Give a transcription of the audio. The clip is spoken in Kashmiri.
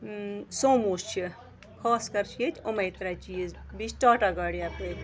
سومو چھِ خاص کَر چھِ ییٚتہِ یِمَے ترٛےٚ چیٖز بیٚیہِ چھِ ٹاٹا گاڑِ یَپٲرۍ